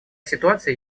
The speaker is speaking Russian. ситуация